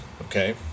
okay